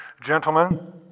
gentlemen